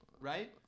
right